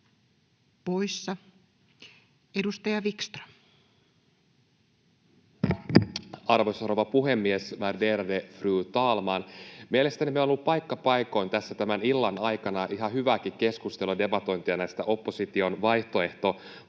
poissa. — Edustaja Wickström. Arvoisa rouva puhemies, värderade fru talman! Mielestäni meillä on ollut paikka paikoin tässä tämän illan aikana ihan hyvääkin keskustelua ja debatointia näistä opposition